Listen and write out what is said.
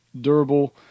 durable